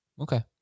Okay